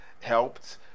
helped